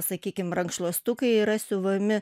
sakykim rankšluostukai yra siuvami